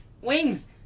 Wings